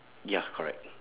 ya correct